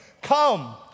come